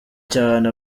cyane